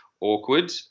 awkward